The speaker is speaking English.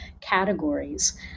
categories